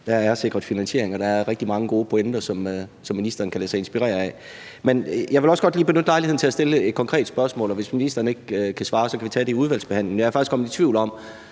Der er sikret en finansiering, og der er rigtig mange gode pointer, som ministeren kan lade sig inspirere af. Men jeg vil også godt lige benytte lejligheden til at stille et konkret spørgsmål, og hvis ministeren ikke kan svare, kan vi tage det i udvalgsbehandlingen, og jeg er faktisk kommet i tvivl om,